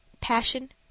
passion